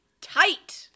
Tight